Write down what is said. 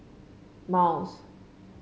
miles